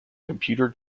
computer